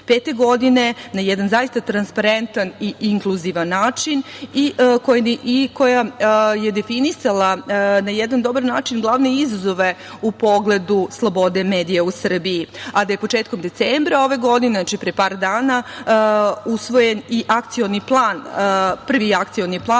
2025. godine, na jedan zaista transparentan i inkluzivan način i koja je definisala na jedan dobar način glavne izazove u pogledu slobode medija u Srbiji. Početkom decembra ove godine, znači pre par dana, usvojen je i Akcioni plan, prvi Akcioni plan